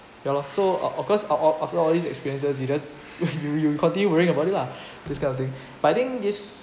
ya lah so of of course o~ o~ after these experiences you just you you continue worrying about it lah this kind of thing but I think this